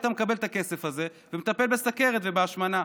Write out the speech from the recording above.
היית מקבל את הכסף הזה ומטפל בסוכרת ובהשמנה.